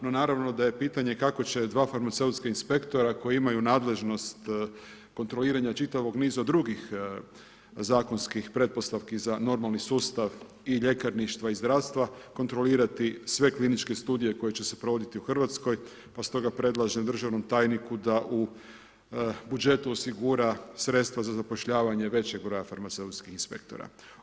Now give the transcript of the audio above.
No naravno da je pitanje kako će dva farmaceutska inspektora koji imaju nadležnost kontroliranja čitavog niza drugih zakonskih pretpostavki za normalni sustav i ljekarništva i zdravstva kontrolirati sve kliničke studije koje će se provoditi u RH, pa stoga predlažem državnom tajniku da u budžetu osigura sredstva za zapošljavanje većeg broja farmaceutskih inspektora.